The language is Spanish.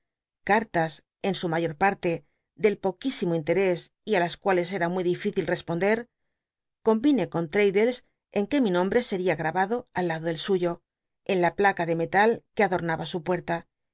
carlas en su mayor parle de poquísimo interés y á las cuales era muy dificil responder convine con l'raddles en que mi nombre seria grabado al lado del suyo en la placa ele metal que atlol'llaba su puctla